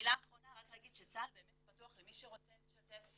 מילה אחרונה רק להגיד שצה"ל באמת פתוח למי שרוצה לשתף,